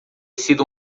sido